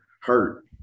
hurt